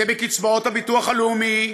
זה בקצבאות הביטוח הלאומי,